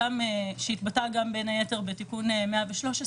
שהתבטא גם בתיקון מס' 113,